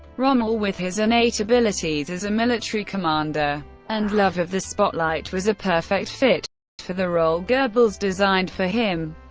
rommel, with his innate abilities as a military commander and love of the spotlight, was a perfect fit for the role goebbels designed for him.